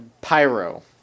Pyro